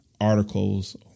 articles